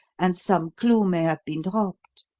and some clue may have been dropped.